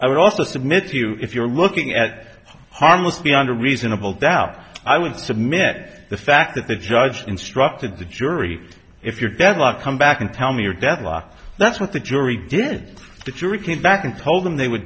i would also submit to you if you're looking at harmless beyond a reasonable doubt i would submit the fact that the judge instructed the jury if you're deadlocked come back and tell me or deadlocked that's what the jury did the jury came back and told them they w